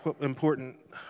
important